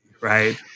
right